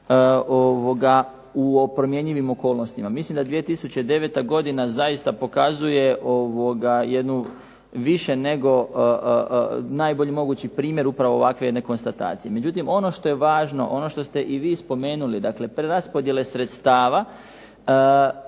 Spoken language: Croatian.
u promjenjivim okolnostima. Mislim da je 2009. zaista pokazuje jednu više nego najbolji mogući primjer ovakve jedne konstatacije. Međutim, ono što je važno ono što ste i vi spomenuli dakle preraspodjele sredstava